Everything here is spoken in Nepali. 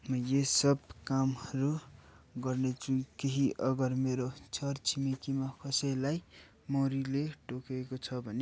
म यो सब कामहरू गर्नेछु केही अगर मेरो छर छिमेकीमा कसैलाई मौरीले टोकेको छ भने